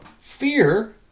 fear